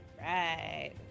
Right